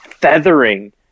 feathering